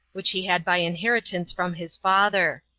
which he had by inheritance from his father.